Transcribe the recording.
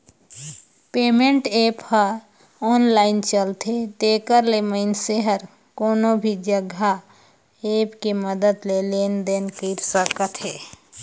payment app ह online चलथे तेखर ले मइनसे हर कोनो भी जघा ऐप के मदद ले लेन देन कइर सकत हे